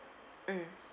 mm